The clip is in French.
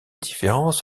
différences